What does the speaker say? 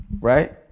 right